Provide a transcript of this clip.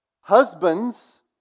Husbands